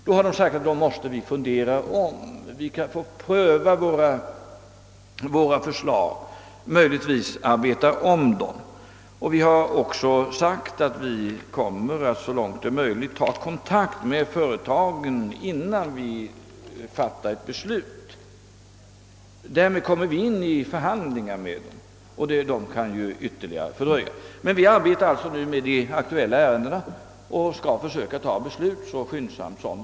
De har då sagt att de måste ompröva sina förslag och eventuellt arbeta om dem. Vi har också framhållit, att vi så långt det är möjligt kommer att ta kontakt med företagen, innan vi fattar beslut. På så sätt kommer vi in i förhandlingar med dem, och detta kan skapa ytterligare dröjsmål. Men vi arbetar nu med de aktuella ärendena och skall fatta beslut så snart som möjligt.